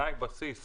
תנאי בסיס